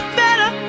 better